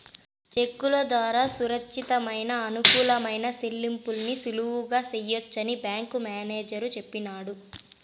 సెక్కుల దోరా సురచ్చితమయిన, అనుకూలమైన సెల్లింపుల్ని సులువుగా సెయ్యొచ్చని బ్యేంకు మేనేజరు సెప్పినాడు